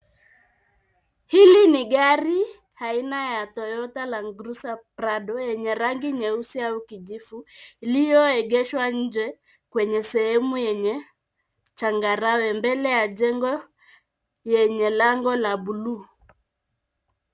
Hili ni gari aina ya Toyota land cruiser prado yenye rangi nyeusi au kijivu iliyo egeshwa nje kwenye sehemu yenye changarawe mbele ya jengo lenye rangi ya bluu.